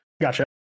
Gotcha